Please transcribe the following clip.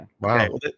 Wow